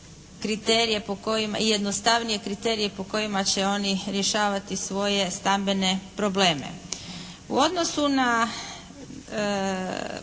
kriterije po kojima će oni rješavati svoje stambene probleme. U odnosu na